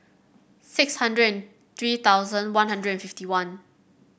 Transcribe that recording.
six hundred and three thousand One Hundred and fifty one